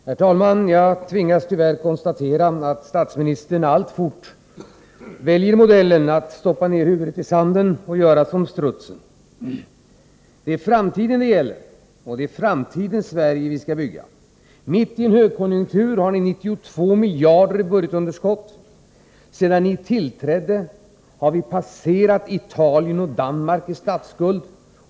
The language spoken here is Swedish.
Herr talman! Jag tvingas tyvärr konstatera att statsministern alltfort väljer modellen att som strutsen stoppa ner huvudet i sanden. Det är framtiden det gäller och det är framtidens Sverige vi skall bygga. Mitt i en högkonjunktur har ni 92 miljarder i budgetunderskott. Sedan ni tillträdde har vi passerat Italien och Danmark när det gäller statsskuld.